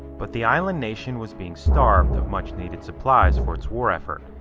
but the island nation was being starved of much-needed supplies for its war effort.